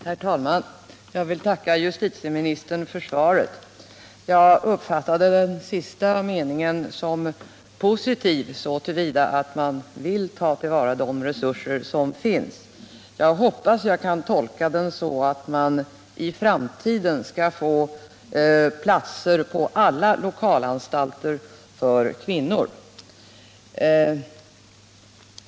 Herr talman! Jag vill tacka justitieministern för svaret. Den sista meningen uppfattade jag som positiv så till vida att den innebär att man vill ta till vara de resurser som finns. Jag hoppas att jag kan tolka den så, att man i framtiden skall få platser för kvinnor på alla lokalanstalter.